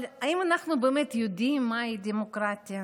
אבל האם אנחנו באמת יודעים מהי דמוקרטיה?